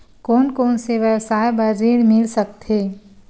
कोन कोन से व्यवसाय बर ऋण मिल सकथे?